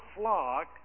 flock